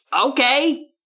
Okay